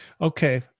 Okay